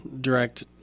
direct